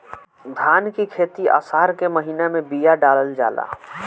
धान की खेती आसार के महीना में बिया डालल जाला?